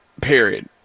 Period